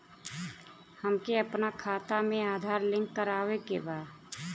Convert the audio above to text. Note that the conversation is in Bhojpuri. हमके अपना खाता में आधार लिंक करावे के बा?